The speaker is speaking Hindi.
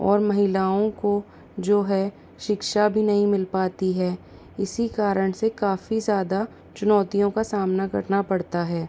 और महिलाओं को जो है शिक्षा भी नहीं मिल पाती है इसी कारण से काफ़ी ज़्यादा चुनौतियों का सामना करना पड़ता है